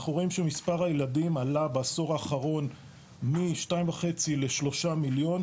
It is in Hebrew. אנחנו רואים שמספר הילדים עלה בעשור האחרון משתיים וחצי לשלושה מיליון,